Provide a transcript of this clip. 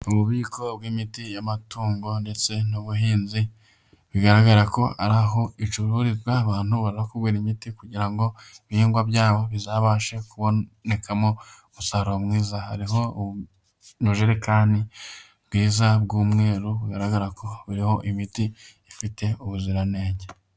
Mu bubiko bw'imiti y'amatungo ndetse n'ubuhinzi bigaragara ko ari aho icururizwa, abantu bariho imiti kugira ngo ibihingwa byabo bizabashe kubonekamo umusaruro mwiza, hariho ubujerekani bwiza bw'umweru, bugaragara ko buriho imiti ifite ubuziranenge.